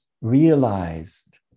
realized